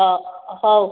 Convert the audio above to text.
ହଁ ହଉ